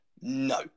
No